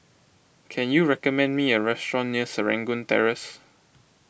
can you recommend me a restaurant near Serangoon Terrace